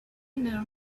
know